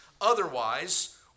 Otherwise